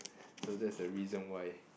so that's the reason why